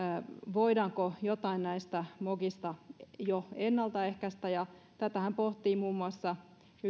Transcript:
voidaanko jotain näistä mokista jo ennaltaehkäistä tätähän pohtii yhtenä osana muun muassa